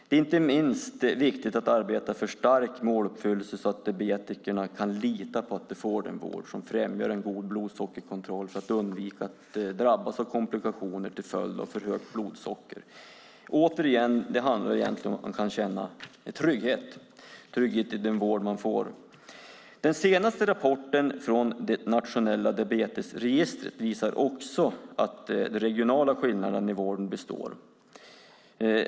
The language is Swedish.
Det är inte minst viktigt att arbeta för måluppfyllelse så att diabetikerna kan lita på att de får den vård som främjar en god blodsockerkontroll så att de undviker att drabbas av komplikationer till följd av för högt blodsocker. Det handlar om att man ska känna trygghet i den vård man får. Den senaste rapporten från Nationella Diabetesregistret visar att de regionala skillnaderna i vården består.